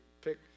pick